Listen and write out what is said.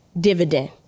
dividend